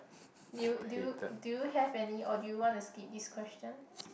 you do you do you have any or do you wanna skip this question